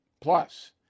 Plus